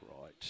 right